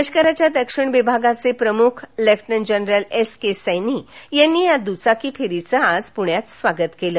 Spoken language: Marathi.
लष्कराच्या दक्षिण विभागाचे प्रमुख lieutenant general S K Saini यांनी या दुचाकी फेरीचं आज पूण्यात स्वागत केलं